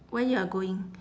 where you are going